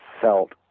felt